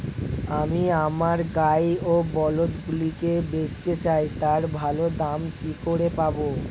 আমি আমার গাই ও বলদগুলিকে বেঁচতে চাই, তার ভালো দাম কি করে পাবো?